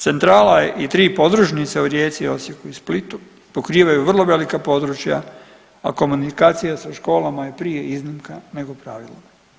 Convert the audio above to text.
Centrala i tri podružnice u Rijeci, Osijeku i Splitu pokrivaju vrlo velika područja, a komunikacija sa školama je prije iznimka nego pravilo.